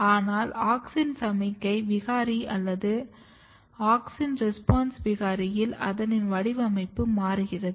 ஆனால் ஆக்ஸின் சமிக்ஞை விகாரி அல்லது ஆக்ஸின் ரெஸ்பான்ஸ் விகாரியில் அதனின் வடிவமைப்பு மாறுகிறது